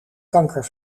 kanker